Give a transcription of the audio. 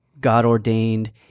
God-ordained